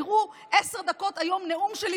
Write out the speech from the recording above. תראו עשר דקות היום נאום שלי,